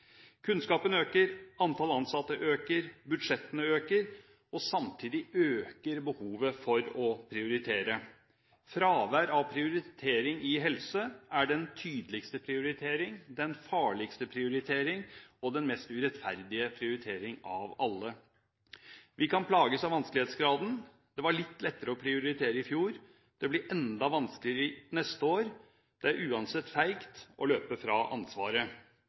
Kunnskapen øker, antall ansatte øker, og budsjettene øker. Samtidig øker behovet for å prioritere. Fravær av prioritering i helse er den tydeligste, farligste og mest urettferdige prioritering av alle. Vi kan plages av vanskelighetsgraden. Det var litt lettere å prioritere i fjor. Det blir enda vanskeligere neste år. Det er uansett feigt å løpe fra ansvaret.